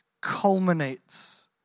culminates